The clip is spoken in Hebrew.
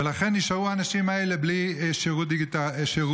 ולכן נשארו האנשים האלה בלי שירות דיגיטלי,